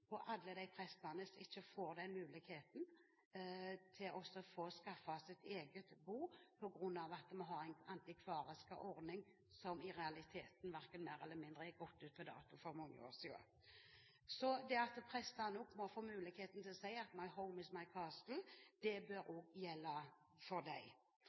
alle prestene som ikke får muligheten til å skaffe seg eget bo på grunn av at vi har en antikvarisk ordning, som i realiteten er gått ut på dato for mange år siden. Så også prestene bør få muligheten til å si: